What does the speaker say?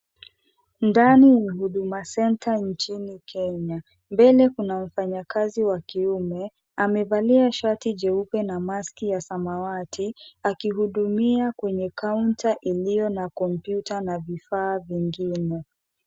Ndani ya Huduma Center nchini Kenya. Mbele kuna mfanyakazi wa kiume. Amevalia shati jeupe na maski ya samawati, akihudumia kwenye kaunta iliyo na kompyuta na vifaa vingine.